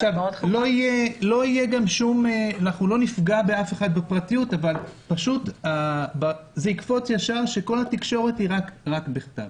גם לא נפגע באף אחד בפרטיות אבל יקפוץ מיד שכל התקשורת היא רק בכתב.